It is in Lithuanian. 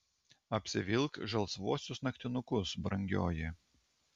apsivilk žalsvuosius naktinukus brangioji